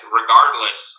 regardless